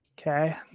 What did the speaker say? Okay